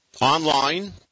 Online